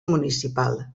municipal